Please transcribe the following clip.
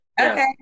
Okay